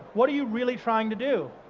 what are you really trying to do?